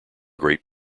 great